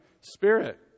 Spirit